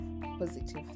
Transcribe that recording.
positive